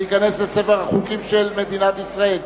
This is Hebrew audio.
וייכנס לספר החוקים של מדינת ישראל.